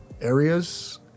areas